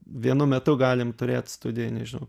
vienu metu galim turėt studijoj nežinau